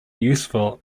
useful